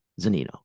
Zanino